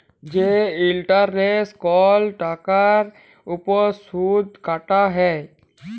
যে ইলটারেস্ট কল টাকার উপর সুদ কাটা হ্যয়